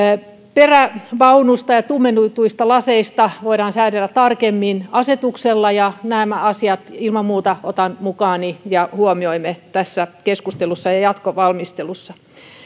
perävaunusta ja tummennetuista laseista voidaan säädellä tarkemmin asetuksella ja nämä asiat ilman muuta otan mukaani ja huomioimme tässä keskustelussa ja jatkovalmistelussa